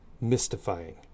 mystifying